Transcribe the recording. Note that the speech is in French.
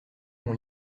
mon